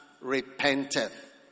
repenteth